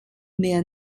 mehr